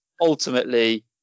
ultimately